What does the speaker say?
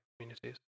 communities